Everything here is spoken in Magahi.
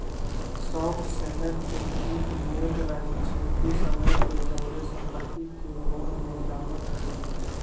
शॉर्ट सेलर के इ उम्मेद रहइ छइ कि समय के जौरे संपत्ति के मोल में गिरावट अतइ